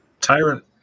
tyrant